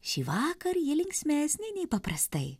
šįvakar ji linksmesnė nei paprastai